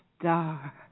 star